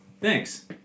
Thanks